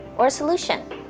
or a solution?